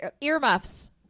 earmuffs